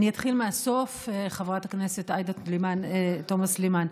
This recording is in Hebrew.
אני אתחיל מהסוף: חברת הכנסת עאידה תומא סלימאן,